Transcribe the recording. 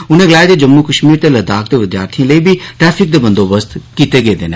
उनें गलाया जे जम्मू कश्मीर ते लद्दाख दे विद्यार्थिएं लेई बी ट्रैफिक दे बंदोबस्त कीते गेदे न